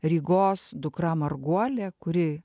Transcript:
rygos dukra marguolė kuri